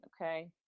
Okay